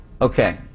Okay